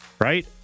right